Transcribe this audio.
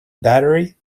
battery